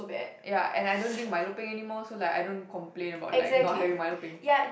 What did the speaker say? ya and I don't drink Milo peng anymore so like I don't complain about like not having Milo peng